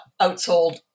outsold